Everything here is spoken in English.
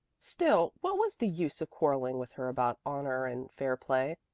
still, what was the use of quarreling with her about honor and fair play?